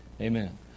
Amen